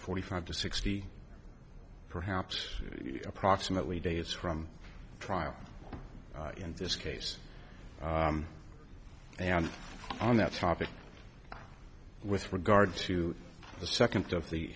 forty five to sixty perhaps approximately days from trial in this case and on that topic with regard to the second of the